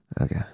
Okay